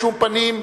בשום פנים,